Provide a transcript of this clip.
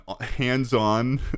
hands-on